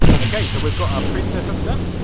ok, so we've got our printer hooked up,